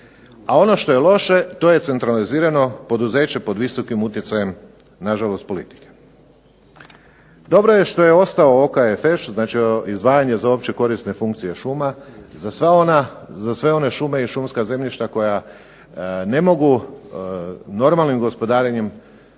a ono što je loše to je centralizirano poduzeće pod visokim utjecajem politike. Dobro je što je ostao OKFŠ znači izdvajanje za opće korisne funkcije šuma, za sve one šume i šumska zemljišta koja ne mogu normalnim gospodarenjem